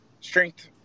strength